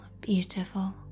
beautiful